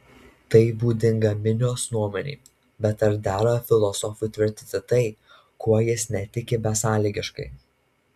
tai būdinga minios nuomonei bet ar dera filosofui tvirtinti tai kuo jis netiki besąlygiškai